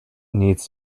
needs